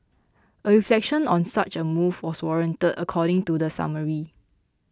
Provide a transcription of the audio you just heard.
a reflection on such a move was warranted according to the summary